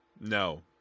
no